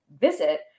visit